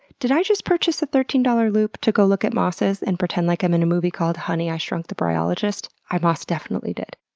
did i just purchase a thirteen dollars loupe to go look at mosses and pretend like i'm in a movie called honey, i shrunk the bryologist? i moss definitely did.